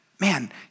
man